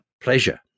pleasure